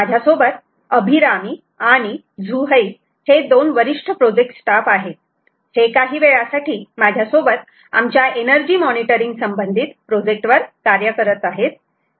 माझ्यासोबत अभिरामी आणि झूहैब हे दोन वरिष्ठ प्रोजेक्ट स्टाफ आहेत हे काही वेळासाठी माझ्यासोबत आमच्या एनर्जी मॉनिटरिंग संबंधित प्रोजेक्ट वर कार्य करत आहेत